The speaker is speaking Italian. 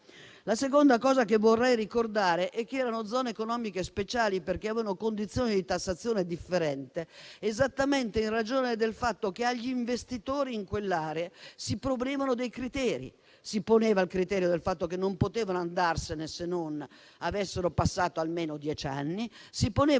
La seconda cosa che vorrei ricordare è che erano zone economiche speciali perché avevano condizioni di tassazione differente, esattamente in ragione del fatto che agli investitori in quell'area si ponevano dei criteri: non potevano andarsene se non fossero passati almeno dieci anni e dovevano